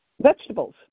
vegetables